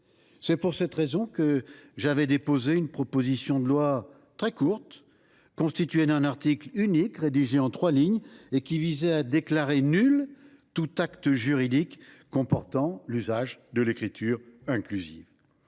C’est pour cette raison que j’ai déposé une proposition de loi très courte, constituée d’un article unique de trois lignes, qui visait à déclarer nul tout acte juridique comportant l’usage de l’écriture inclusive.